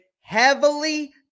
heavily